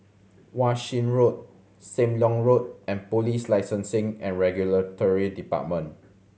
Wan Shih Road Sam Leong Road and Police Licensing and Regulatory Department